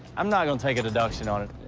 i'm not gonna take a deduction on it.